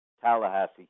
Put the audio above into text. Tallahassee